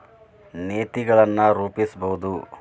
ನೇತಿಗಳನ್ ರೂಪಸ್ಬಹುದು